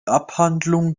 abhandlung